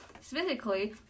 Specifically